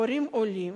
הורים עולים,